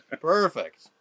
Perfect